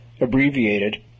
abbreviated